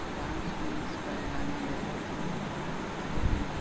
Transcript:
dance उन्स करैला ना देल जाइ छै काहेकि